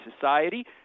society